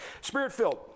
Spirit-filled